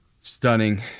stunning